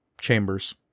chambers